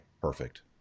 Perfect